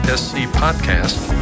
scpodcast